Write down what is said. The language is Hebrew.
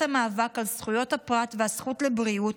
המאבק על זכויות הפרט והזכות לבריאות,